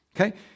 Okay